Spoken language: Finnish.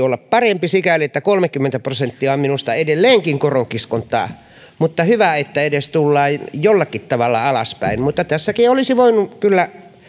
olla parempi sikäli että kolmekymmentä prosenttia on minusta edelleenkin koronkiskontaa mutta on hyvä että tullaan edes jollakin tavalla alaspäin tässäkin olisi voinut kyllä